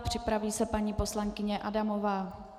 Připraví se paní poslankyně Adamová.